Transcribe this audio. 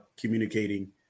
communicating